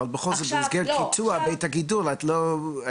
אבל בכל זאת במסגרת קיטוע בית הגידול את לא,